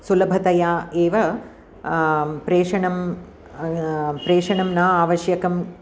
सुलभतया एव प्रेषणं प्रेषणं न आवश्यकं